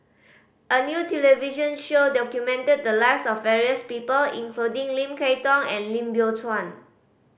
a new television show documented the lives of various people including Lim Kay Tong and Lim Biow Chuan